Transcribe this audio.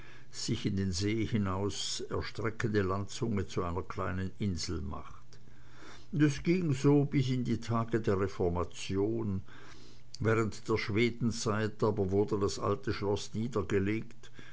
sich in den see hinein erstreckende landzunge zu einer kleinen insel machte das ging so bis in die tage der reformation während der schwedenzeit aber wurde das alte schloß niedergelegt